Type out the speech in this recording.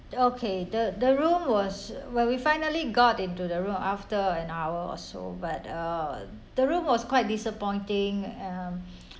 okay the the room was where we finally got into the room after an hour or so but uh the room was quite disappointing um